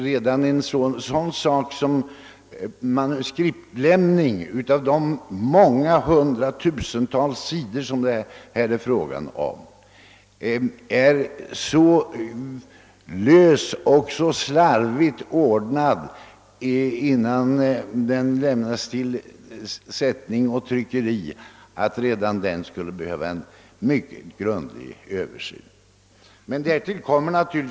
Redan manuskriptlämningen, som omfattar hundratusentals sidor, är mycket löst och slarvigt ordnad, och manuskriptens väg till sättning och tryckning skulle behöva ses över mycket grundligt.